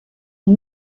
les